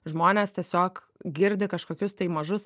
žmonės tiesiog girdi kažkokius tai mažus